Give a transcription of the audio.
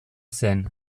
zen